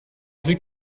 vue